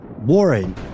Warren